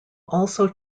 also